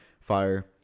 fire